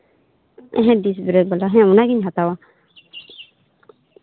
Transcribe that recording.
ᱦᱮᱸ ᱦᱮᱸ disc brake ᱵᱟᱞᱟ ᱦᱮᱸ ᱦᱮᱸ ᱚᱱᱟᱜᱤᱧ ᱦᱟᱛᱟᱣᱟ